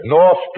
North